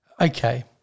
Okay